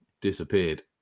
disappeared